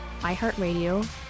iHeartRadio